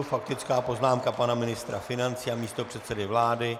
Faktická poznámka pana ministra financí a místopředsedy vlády.